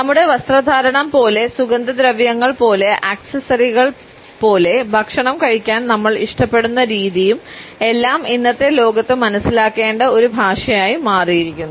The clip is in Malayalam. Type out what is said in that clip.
നമ്മുടെ വസ്ത്രധാരണം പോലെ സുഗന്ധദ്രവ്യങ്ങൾ പോലെ ആക്സസറികൾ പോലെ ഭക്ഷണം കഴിക്കാൻ നമ്മൾ ഇഷ്ടപ്പെടുന്ന രീതിയും എല്ലാം ഇന്നത്തെ ലോകത്ത് മനസ്സിലാക്കേണ്ട ഒരു ഭാഷയായി മാറിയിരിക്കുന്നു